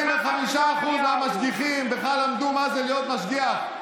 25% מהמשגיחים בכלל למדו מה זה להיות משגיח.